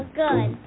good